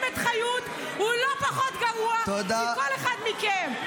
את חיות הוא לא פחות גרוע מכל אחד מכם.